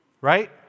right